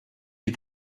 you